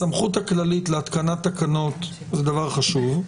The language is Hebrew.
הסמכות הכללית להתקנת תקנות זה דבר חשוב,